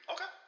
Okay